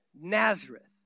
Nazareth